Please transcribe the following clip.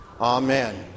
Amen